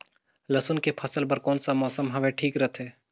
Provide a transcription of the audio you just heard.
लसुन के फसल बार कोन सा मौसम हवे ठीक रथे?